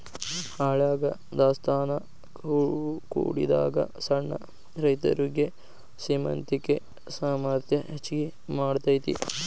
ಹಳ್ಯಾಗ ದಾಸ್ತಾನಾ ಕೂಡಿಡಾಗ ಸಣ್ಣ ರೈತರುಗೆ ಶ್ರೇಮಂತಿಕೆ ಸಾಮರ್ಥ್ಯ ಹೆಚ್ಗಿ ಮಾಡತೈತಿ